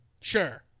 sure